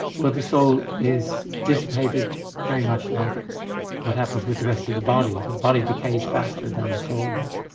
well the soul is dissipated very much like what happens with the rest of the body. the body decays faster than the soul, but,